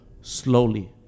slowly